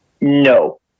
No